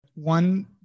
One